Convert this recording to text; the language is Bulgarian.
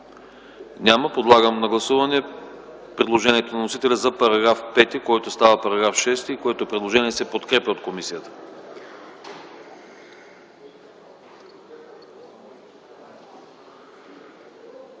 Няма. Подлагам на гласуване предложението на вносителя за § 5, който става § 6, което предложение се подкрепя от комисията.